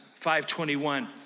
5.21